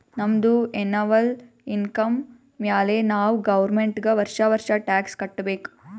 ನಮ್ದು annual income ಮ್ಯಾಲೆ ನಾವ್ ಗೌರ್ಮೆಂಟ್ಗ್ ವರ್ಷಾ ವರ್ಷಾ ಟ್ಯಾಕ್ಸ್ ಕಟ್ಟಬೇಕ್